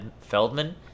feldman